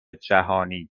جهانی